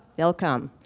they'll come.